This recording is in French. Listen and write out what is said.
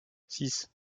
six